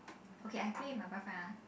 okay I play with my boyfriend ah